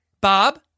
Bob